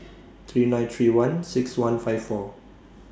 three nine three one six one five four